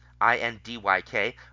indyk